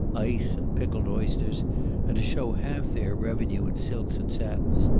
ice, and pickled oysters and to show half their revenue in silks and satins,